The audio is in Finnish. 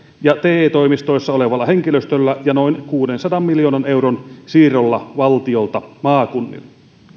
ja te toimistoissa olevalla henkilöstöllä ja noin kuudensadan miljoonan euron siirrolla valtiolta maakunnille